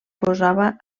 posava